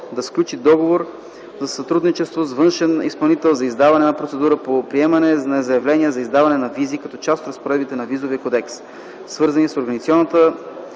да сключи договор за сътрудничество с външен изпълнител за извършване на процедура по приемане на заявления за издаване на визи като част от разпоредбите на Визовия кодекс, свързани с организацията